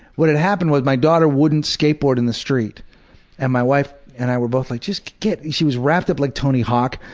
what had happened was my daughter wouldn't skateboard in the street and my wife and i were both like, just get! and she was wrapped up like tony hawk,